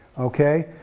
okay,